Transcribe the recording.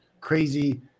crazy